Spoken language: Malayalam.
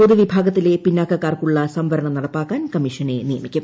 പൊതുവിഭാഗത്തിലെ പിന്നാക്കക്കാർക്കുള്ള സംവരണം നടപ്പാക്കാൻ കമ്മീഷനെ നിയമിക്കും